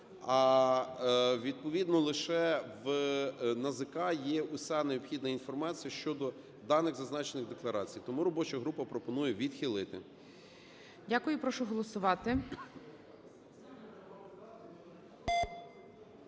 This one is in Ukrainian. а відповідно лише в НАЗК є уся необхідна інформація щодо даних зазначених декларацій. Тому робоча група пропонує відхилити. ГОЛОВУЮЧИЙ. Дякую. Прошу голосувати.